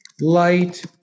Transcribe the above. light